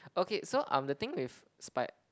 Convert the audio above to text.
okay so um the thing with spi~